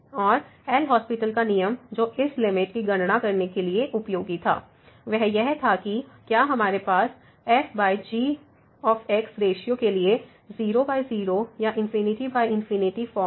और L Hospital LHospital का नियम जो इस लिमिट की गणना करने के लिए उपयोगी था वह यह था कि क्या हमारे पास fg रेश्यो के लिए 00 या ∞∞ फॉर्म है